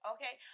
Okay